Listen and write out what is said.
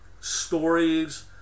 stories